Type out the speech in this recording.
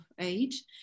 age